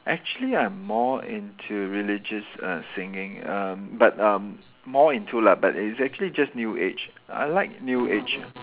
actually I'm more into religious uh singing um but um more into lah but it's actually just new age I like new age ah